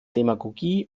demagogie